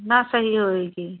ना सही होएगी